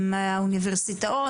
עם האוניברסיטאות,